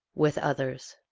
with others.